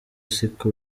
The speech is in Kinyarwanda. siko